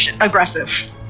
aggressive